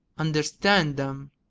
understand them!